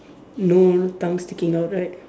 no tongue sticking out right